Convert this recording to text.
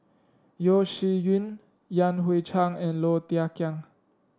Yeo Shih Yun Yan Hui Chang and Low Thia Khiang